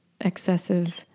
excessive